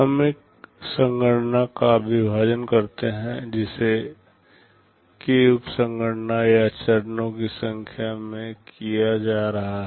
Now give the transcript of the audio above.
हम एक संगणना का विभाजन करते हैं जिसे k उप संगणना या चरणों की संख्या में किया जा रहा है